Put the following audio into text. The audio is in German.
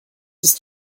ist